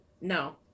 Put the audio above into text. no